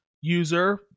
user